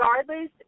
regardless